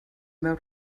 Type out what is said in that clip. meu